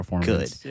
good